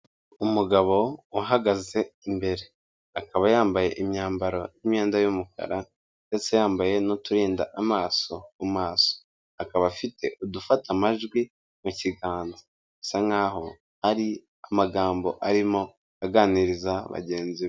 Umugabo uhagaze imbere, akaba yambaye imyambaro n'imyenda y'umukara ndetse yambaye n'uturinda amaso mu maso, akaba afite udufata amajwi mu kiganza bisa nkaho hari amagambo arimo aganiriza bagenzi be.